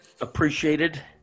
Appreciated